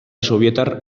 sobietar